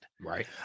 Right